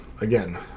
again